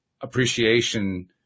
appreciation